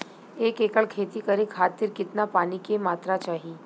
एक एकड़ खेती करे खातिर कितना पानी के मात्रा चाही?